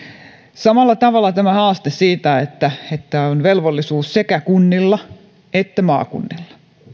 samalla tavalla on tämä haaste että että on velvollisuus sekä kunnilla että maakunnilla